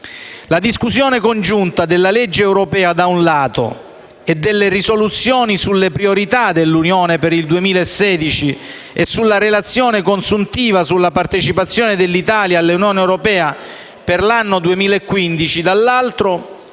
La discussione congiunta della legge europea, da un lato e, delle risoluzioni sulle priorità dell'Unione per il 2016 e sulla relazione consuntiva sulla partecipazione dell'Italia all'Unione europea per l'anno 2015, dall'altro,